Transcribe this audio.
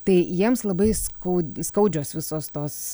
tai jiems labai skaud skaudžios visos tos